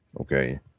okay